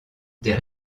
des